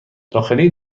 داخلی